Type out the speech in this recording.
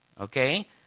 Okay